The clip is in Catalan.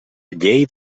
llei